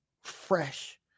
fresh